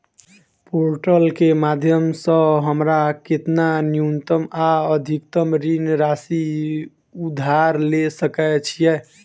Portal केँ माध्यम सऽ हमरा केतना न्यूनतम आ अधिकतम ऋण राशि उधार ले सकै छीयै?